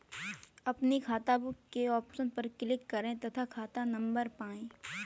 अपनी खाताबुक के ऑप्शन पर क्लिक करें तथा खाता नंबर पाएं